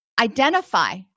identify